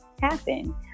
happen